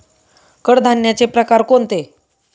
कडधान्याचे प्रकार कोणते?